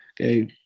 okay